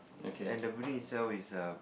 and the building itself is a